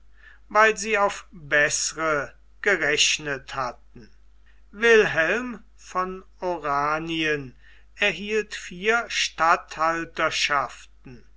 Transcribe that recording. weil sie auf bessere gerechnet hatten wilhelm von oranien erhielt vier